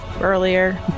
earlier